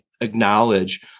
acknowledge